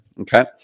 Okay